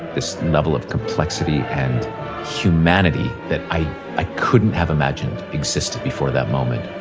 this level of complexity and humanity that i i couldn't have imagined existed before that moment.